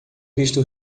visto